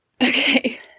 Okay